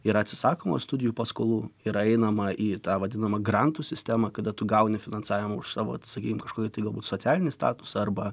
yra atsisakoma studijų paskolų ir einama į tą vadinamą grandų sistemą kada tu gauni finansavimą už savo sakykim kažkokį tai galbūt socialinį statusą arba